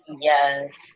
Yes